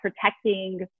protecting